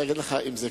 השאילתא הבאה, מס'